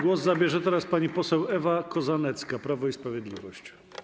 Głos zabierze teraz pani poseł Ewa Kozanecka, Prawo i Sprawiedliwość.